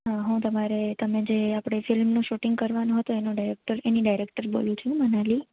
હા હું તમારે તમે જે આપણે ફિલ્મનું શૂટિંગ કરવાનું હતો એનો ડાયરેક્ટર એની ડાયરેક્ટર બોલું છું મનાલી